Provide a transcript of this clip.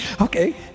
Okay